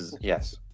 Yes